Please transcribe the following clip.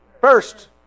first